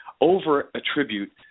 over-attribute